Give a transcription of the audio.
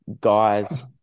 guys